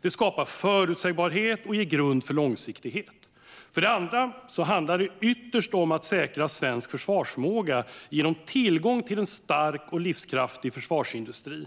Det skapar förutsägbarhet och ger grund för långsiktighet. För det andra handlar det ytterst om att säkra svensk försvarsförmåga genom tillgång till en stark och livskraftig försvarsindustri.